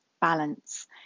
balance